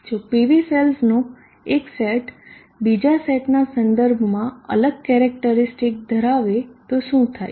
જો PV સેલ્સનો એક સેટ બીજા સેટના સંદર્ભમાં અલગ કેરેક્ટરીસ્ટિકસ ધરાવે તો શું થાય